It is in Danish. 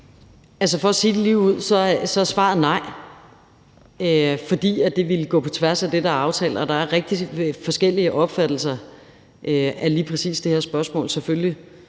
for at sige det ligeud, så er svaret nej, for det ville gå på tværs af det, der er aftalt, og der er selvfølgelig rigtig forskellige opfattelser af lige præcis det her spørgsmål og